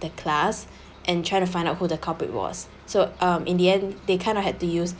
the class and try to find out who the culprit was so um in the end they kind of had to use